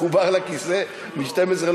מחובר לכיסא מ-12:00,